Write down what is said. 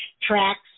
tracks